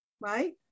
right